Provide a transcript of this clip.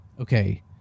Okay